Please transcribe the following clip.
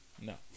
No